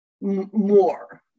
more